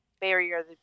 barrier